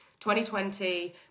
2020